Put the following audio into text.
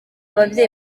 babyeyi